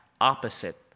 opposite